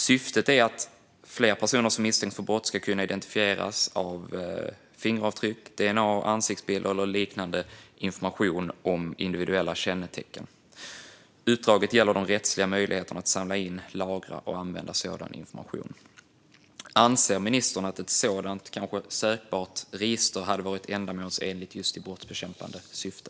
Syftet är att fler personer som misstänks för brott ska kunna identifieras av fingeravtryck, dna, ansiktsbilder eller liknande information om individuella kännetecken. Utdraget gäller de rättsliga möjligheterna att samla in, lagra och använda sig av den informationen. Anser ministern att ett sådant sökbart register hade varit ändamålsenligt i brottsbekämpande syfte?